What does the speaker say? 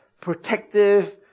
protective